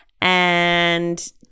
and-